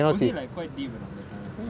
was it like quite deep or not that time